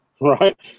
right